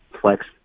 flex